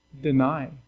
deny